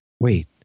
Wait